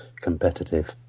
competitive